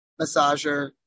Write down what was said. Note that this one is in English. massager